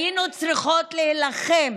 היינו צריכים להילחם